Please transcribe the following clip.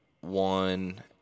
one